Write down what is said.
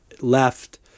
left